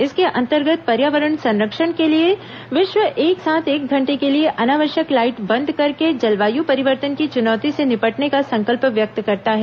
इसके अंतर्गत पर्यावरण संरक्षण के लिए विश्व एक साथ एक घंटे के लिए अनावश्यक लाइट बंद करके जलवायु परिवर्तन की चुनौती से निपटने का संकल्प व्यक्त करता है